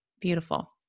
beautiful